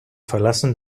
verlassen